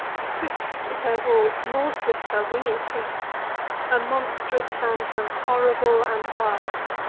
swift is her walk, more swift her winged haste a monstrous phantom, horrible and vast.